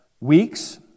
Weeks